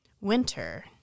Winter